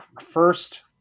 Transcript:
First